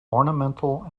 ornamental